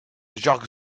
georg